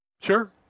Sure